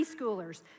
preschoolers